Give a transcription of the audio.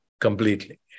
completely